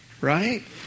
right